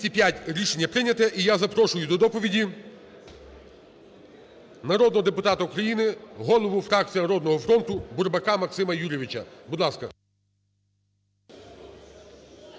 Рішення прийнято. І я запрошую до доповіді народного депутата України, голову фракції "Народного фронту" Бурбака Максима Юрійовича. Будь ласка.